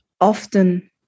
often